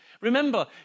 Remember